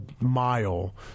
mile